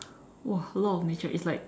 !wah! a lot of nature it's like